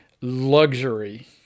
luxury